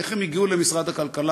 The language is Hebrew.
איך הם הגיעו למשרד הכלכלה?